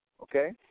Okay